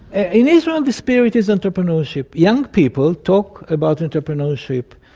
and in israel the spirit is entrepreneurship. young people talk about entrepreneurship,